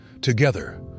Together